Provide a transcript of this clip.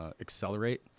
accelerate